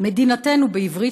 "מדינתנו" בעברית,